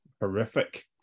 horrific